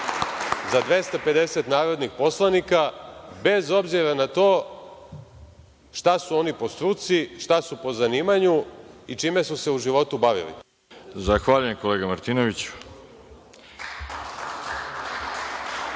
za 250 narodnih poslanika bez obzira na to šta su oni po struci, šta su po zanimanju i čime su se u životu bavili. Ovde smo svi